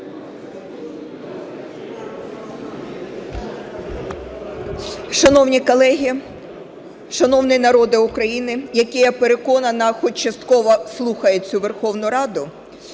Шановні колеги, шановний народе України, який, я переконана, хоч частково слухає цю Верховну Раду!